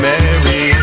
Mary